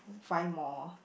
five more